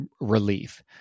relief